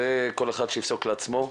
זה כל אחד שיפסוק לעצמו,